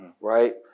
right